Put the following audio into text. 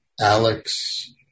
Alex